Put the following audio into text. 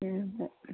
ഉണ്ട്